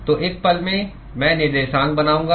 तो एक पल में मैं निर्देशांक बनाऊंगा